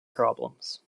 problems